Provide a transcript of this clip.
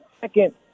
second